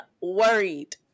worried